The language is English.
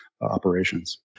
operations